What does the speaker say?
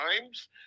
times